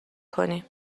کنی